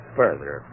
further